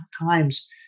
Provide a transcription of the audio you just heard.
times